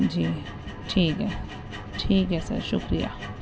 جی ٹھیک ہے ٹھیک ہے سر شکریہ